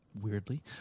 weirdly